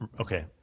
Okay